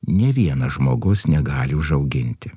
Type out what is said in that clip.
nė vienas žmogus negali užauginti